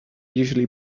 usually